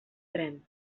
tren